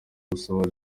gusaba